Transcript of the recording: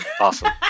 Awesome